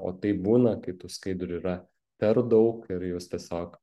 o taip būna kai tų skaidrių yra per daug ir jūs tiesiog